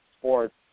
sports